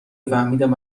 فهمیدم